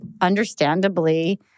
understandably